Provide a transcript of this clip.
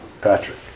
Patrick